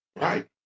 Right